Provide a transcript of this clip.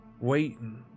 waiting